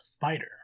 fighter